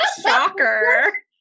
Shocker